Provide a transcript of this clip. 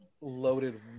Loaded